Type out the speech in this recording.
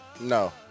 No